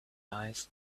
eyes